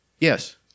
Yes